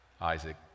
Isaac